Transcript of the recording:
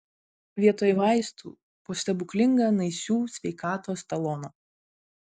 vietoj vaistų po stebuklingą naisių sveikatos taloną